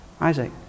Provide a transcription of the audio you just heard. Isaac